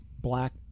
black